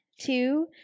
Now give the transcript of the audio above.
two